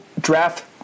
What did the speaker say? draft